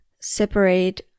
separate